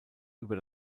über